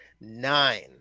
nine